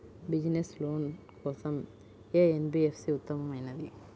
Business loan కోసం ఏ NBFC ఉత్తమమైనది?